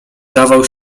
dawał